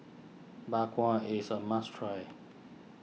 Bak Kwa is a must try